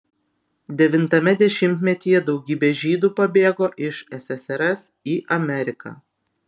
devintame dešimtmetyje daugybė žydų pabėgo iš ssrs į ameriką